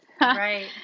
Right